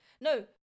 no